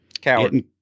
Coward